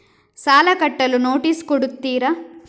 ಸಾಲ ಕಟ್ಟಲು ನೋಟಿಸ್ ಕೊಡುತ್ತೀರ?